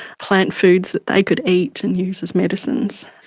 plant foods that they could eat and use as medicines,